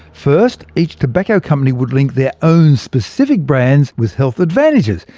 first, each tobacco company would link their own specific brands with health advantages,